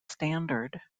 standard